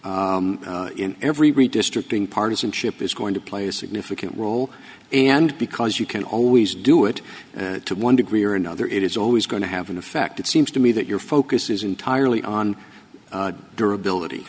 mentioned in every redistricting partisanship is going to play a significant role and because you can always do it to one degree or another it is always going to have an effect it seems to me that your focus is entirely on durability